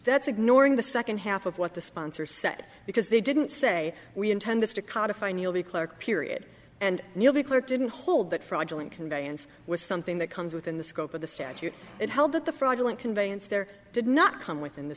that's ignoring the second half of what the sponsor said because they didn't say we intend this to codified and you'll be clerk period and you'll be clear didn't hold that fraudulent conveyance was something that comes within the scope of the statute it held that the fraudulent conveyance there did not come within the